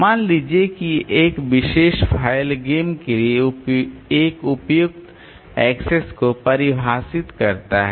मान लीजिए एक विशेष फ़ाइल गेम के लिए एक उपयुक्त एक्सेस को परिभाषित करता है